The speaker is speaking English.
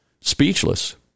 speechless